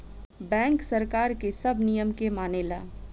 bank सरकार के सब नियम के मानेला